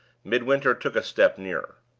midwinter took a step nearer.